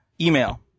email